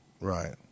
Right